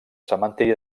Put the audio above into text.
cementiri